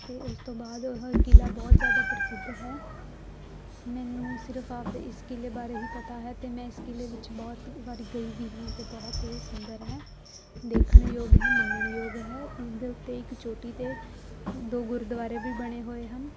ਅਤੇ ਉਸ ਤੋਂ ਬਾਅਦ ਇਹ ਕਿਲ੍ਹਾ ਬਹੁਤ ਜ਼ਿਆਦਾ ਪ੍ਰਸਿੱਧ ਹੈ ਮੈਨੂੰ ਸਿਰਫ ਆਪਦੇ ਇਸ ਕਿਲ੍ਹੇ ਬਾਰੇ ਹੀ ਪਤਾ ਹੈ ਅਤੇ ਮੈਂ ਇਸ ਕਿਲ੍ਹੇ ਵਿੱਚ ਬਹੁਤ ਵਾਰੀ ਗਈ ਵੀ ਹਾਂ ਅਤੇ ਬਹੁਤ ਇਹ ਸੁੰਦਰ ਹੈ ਦੇਖਣ ਯੋਗ ਹੈ ਮੰਨਣ ਯੋਗ ਹੈ ਇਸ ਦੇ ਉੱਤੇ ਇੱਕ ਚੋਟੀ 'ਤੇ ਦੋ ਗੁਰਦੁਆਰੇ ਵੀ ਬਣੇ ਹੋਏ ਹਨ